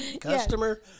Customer